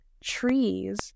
trees